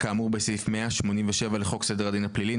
כאמור בסעיף 187 לחוק סדר הדין הפלילי ,